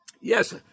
Yes